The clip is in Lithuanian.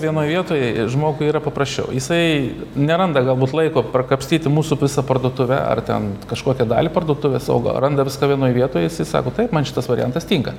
vienoj vietoj žmogui yra paprasčiau jisai neranda galbūt laiko prakapstyti mūsų visą parduotuvę ar ten kažkokią dalį parduotuvės o gal randa viską vienoj vietoj jisai sako taip man šitas variantas tinka